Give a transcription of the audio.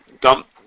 dump